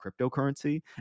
cryptocurrency